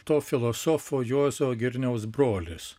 to filosofo juozo girniaus brolis